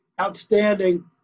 Outstanding